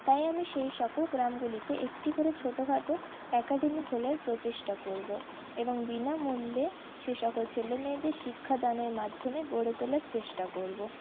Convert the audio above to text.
তাই আমি সেই সকল গ্রামগুলিতে একটি করে ছোট খাটো অ্যাকাডেমি খোলার প্রচেষ্টা করব এবং বিনামূল্যে সেই সকল ছেলে মেয়েদের শিক্ষাদানের মাধ্যমে গড়ে তোলার চেষ্টা করব